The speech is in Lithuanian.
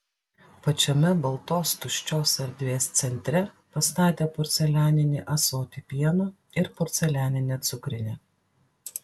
pačiame baltos tuščios erdvės centre pastatė porcelianinį ąsotį pieno ir porcelianinę cukrinę